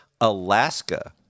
Alaska